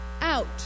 out